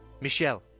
Michelle